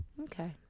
Okay